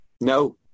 no